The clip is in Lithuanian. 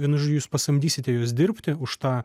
vienu žodžiu jūs pasamdysite juos dirbti už tą